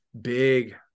big